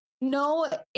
no